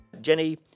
Jenny